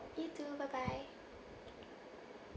you too bye bye